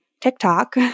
TikTok